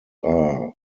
are